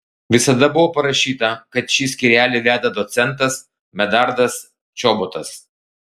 visada buvo parašyta kad šį skyrelį veda docentas medardas čobotas